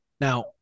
Now